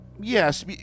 yes